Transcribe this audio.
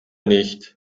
nicht